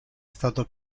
stato